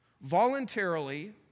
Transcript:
voluntarily